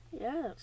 Yes